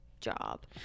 job